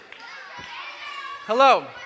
Hello